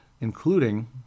including